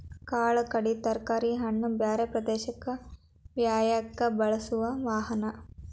ಕಾಳ ಕಡಿ ತರಕಾರಿ ಹಣ್ಣ ಬ್ಯಾರೆ ಪ್ರದೇಶಕ್ಕ ವಯ್ಯಾಕ ಬಳಸು ವಾಹನಾ